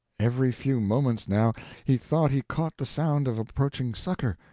every few moments now he thought he caught the sound of approaching succor.